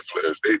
players